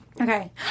Okay